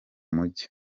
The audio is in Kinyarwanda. mujyi